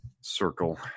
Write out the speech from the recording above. circle